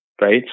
Right